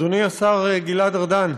אדוני השר גלעד ארדן,